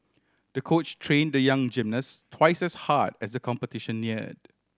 the coach train the young gymnast twice as hard as the competition neared